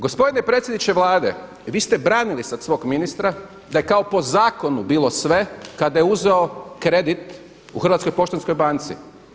Gospodine predsjedniče Vlade vi ste branili sad svog ministra da je po zakonu bilo sve kada je uzeo kredit u Hrvatskoj poštanskoj banci.